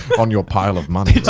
on your pile of money.